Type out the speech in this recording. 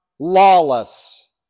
lawless